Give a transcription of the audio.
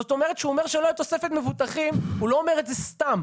זאת אומרת שהוא אומר שלא יהיה תוספת מבוטחים הוא לא אומר את זה סתם.